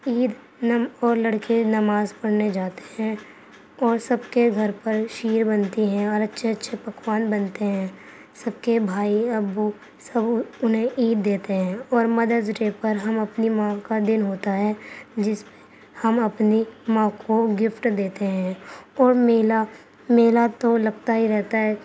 عید نم اور لڑکے نماز پڑھنے جاتے ہیں اور سب کے گھر پر شیر بنتی ہے اور اچھے اچھے پکوان بنتے ہیں سب کے بھائی ابو سب انہیں عید دیتے ہیں اور مدرس ڈے پر ہم اپنی موم کا دن ہوتا ہے جس پہ ہم اپنی ماں کو گفٹ دیتے ہیں اور میلہ میلہ تو لگتا ہی رہتا ہے